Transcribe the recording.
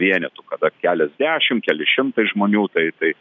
vienetų kada keliasdešimt keli šimtai žmonių tai tai